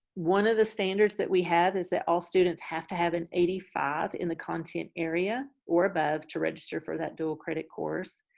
one of the standards that we have is that all students have to have an eighty five in the content area, or above to register for that dual credit course.